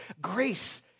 Grace